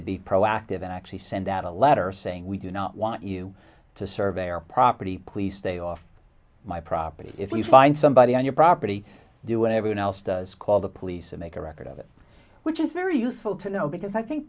it be proactive and actually send out a letter saying we do not want you to survey our property please stay off my property if you find somebody on your property do what everyone else does call the police and make a record of it which is very useful to know because i think